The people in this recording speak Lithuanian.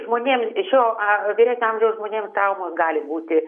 žmonėm šio a vyresnio amžiaus žmonėm traumos gali būti